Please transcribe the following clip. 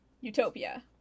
utopia